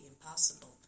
impossible